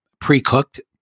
pre-cooked